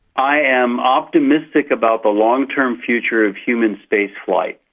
i am optimistic about the long-term future of human spaceflight.